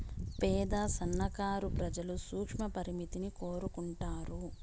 పేద సన్నకారు ప్రజలు సూక్ష్మ పరపతిని కోరుకుంటారు